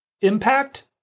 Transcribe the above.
Impact